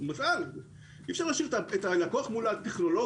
אי אפשר להשאיר את הלקוח מול הטכנולוגיה,